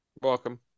Welcome